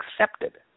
accepted